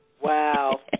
Wow